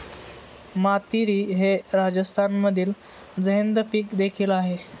मातीरी हे राजस्थानमधील झैद पीक देखील आहे